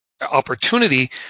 opportunity